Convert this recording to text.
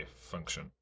function